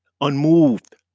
unmoved